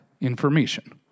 information